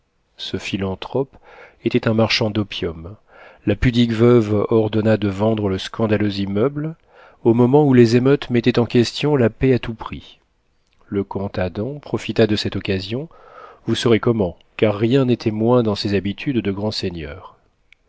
ce philanthrope était un marchand d'opium la pudique veuve ordonna de vendre le scandaleux immeuble au moment où les émeutes mettaient en question la paix à tout prix le comte adam profita de cette occasion vous saurez comment car rien n'était moins dans ses habitudes de grand seigneur